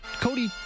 Cody